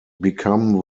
become